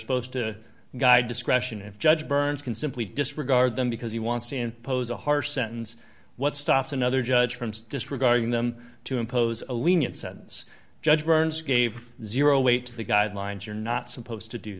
supposed to guide discretion and judge burns can simply disregard them because he wants to impose a harsh sentence what stops another judge from disregarding them to impose a lenient sentence judge barnes gave zero weight to the guidelines you're not supposed to do